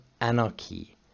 anarchy